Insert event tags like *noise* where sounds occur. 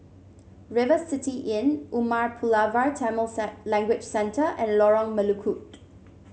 River City Inn Umar Pulavar Tamil *unintelligible* Language Centre and Lorong Melukut